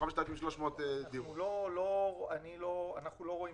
אנחנו לא רואים